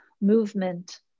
movement